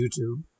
YouTube